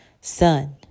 Son